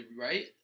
right